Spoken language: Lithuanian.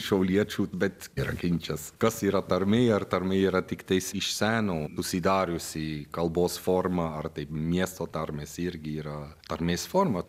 šiauliečių bet yra ginčas kas yra tarmė ar tarmė yra tiktais iš seno susidariusi kalbos forma ar tai miesto tarmės irgi yra tarmės forma